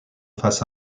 face